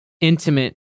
intimate